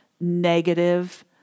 negative